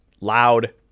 loud